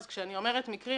כשאני אומרת מקרים,